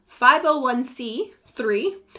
501c3